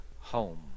Home